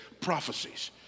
prophecies